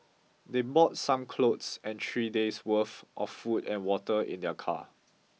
they brought some clothes and three days' worth of food and water in their car